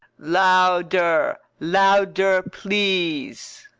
louder! louder please!